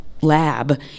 Lab